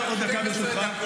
אני רוצה עוד דקה, ברשותך.